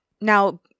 Now